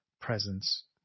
Presence